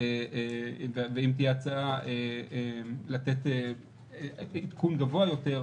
ואם תהיה הצעה לתת עדכון גבוה יותר,